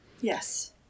Yes